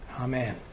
Amen